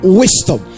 wisdom